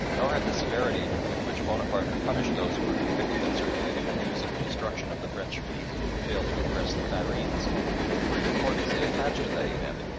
nor had the severity with which bonaparte had punished those who were convicted of circulating the news of the destruction of the french fleet failed to impress the cairenes with the great importance they attached to that event,